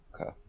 Okay